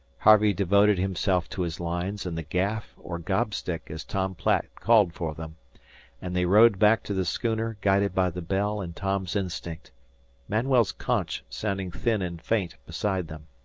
harvey devoted himself to his lines and the gaff or gob-stick as tom platt called for them and they rowed back to the schooner guided by the bell and tom's instinct manuel's conch sounding thin and faint beside them.